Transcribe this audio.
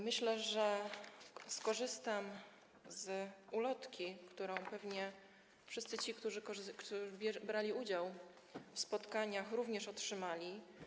Myślę, że skorzystam z ulotki, którą pewnie wszyscy ci, którzy brali udział w spotkaniach, również otrzymali.